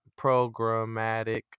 programmatic